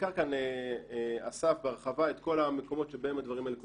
וסקר כאן אסף בהרחבה את כל המקומות שבהם הדברים האלה קורים.